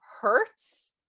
hurts